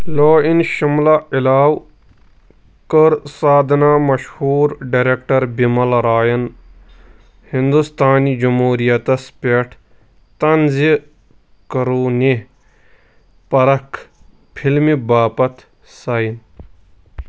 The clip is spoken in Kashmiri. لو٘ اِن شِملہ علاو، کٔر سادھنا مشہوٗر ڈرٮ۪کٹَر بِمَل راین ہِنٛدوستانہِ جَمہوٗرِیَتَس پٮ۪ٹھ طنٛزِ كرونہِ پَرَکھ فِلِمہِ باپتھ سایِن